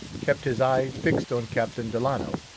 kept his eye fixed on captain delano,